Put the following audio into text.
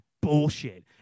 bullshit